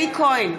אלי כהן,